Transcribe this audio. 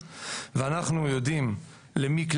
אבל אנחנו מקבלים את הנתונים האלה מרט"ג